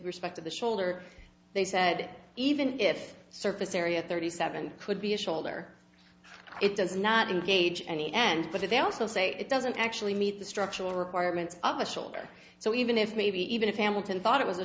respect to the shoulder they said even if surface area thirty seven could be a shoulder it does not engage any end but they also say it doesn't actually meet the structural requirements of the shoulder so even if maybe even a family tent thought it was a